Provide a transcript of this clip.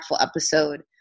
episode